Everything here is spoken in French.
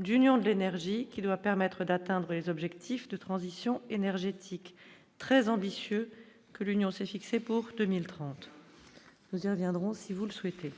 d'Union de l'énergie qui doit permettre d'atteindre les objectifs de transition énergétique très ambitieux que l'Union se fixer porte 1030, nous y reviendrons si vous le souhaitez,